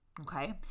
Okay